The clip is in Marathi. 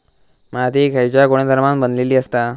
माती खयच्या गुणधर्मान बनलेली असता?